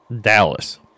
dallas